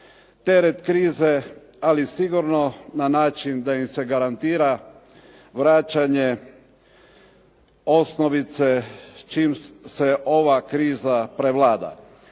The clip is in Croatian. teret krize, ali sigurno na način da im se garantira vraćanje osnovice čim se ova kriza prevlada.